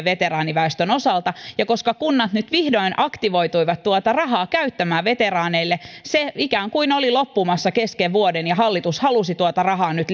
veteraaniväestön osalta koska kunnat nyt vihdoin aktivoituivat tuota rahaa käyttämään veteraaneille se ikään kuin oli loppumassa kesken vuoden ja hallitus halusi tuota rahaa nyt